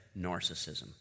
narcissism